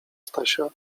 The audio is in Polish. stasia